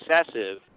excessive